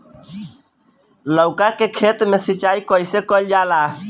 लउका के खेत मे सिचाई कईसे कइल जाला?